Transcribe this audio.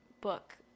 book